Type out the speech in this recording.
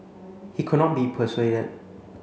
he could not be persuaded